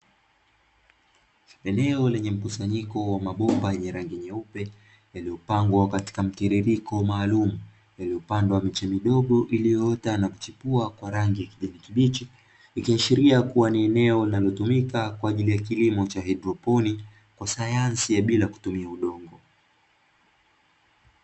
Eneo lenye mkusanyiko wa mabomba yenye rangi nyeupe yaliyopangwa katika mtiririko maalumu, yaliyopandwa miche midogo iliyoota na kuchipua kwa rangi ya kijani kibichi, ikiashiria kuwa ni eneo linalotumika kwa ajili ya kilimo cha haidroponi, kwa sayansi ya bila kutumia udongo.